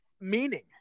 meaning